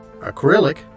acrylic